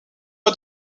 pas